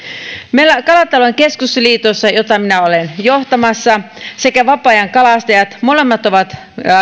kalatalouden keskusliitto jota minä olen johtamassa sekä vapaa ajankalastajat molemmat ovat